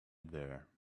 there